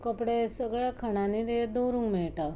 कपडे सगळ्या खणांनी दवरूंक मेळटा